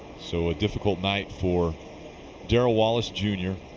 so a difficult night for darrell wallace jr.